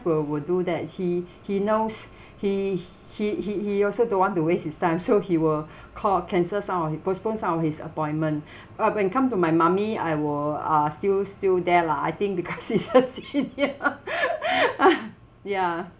will will do that he he knows he he he he also don't want to waste his time so he will call cancel some of he postpone some of his appointment but when it come to my mummy I will uh still still there lah I think because it's a senior ya